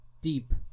deep